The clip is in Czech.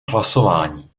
hlasování